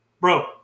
Bro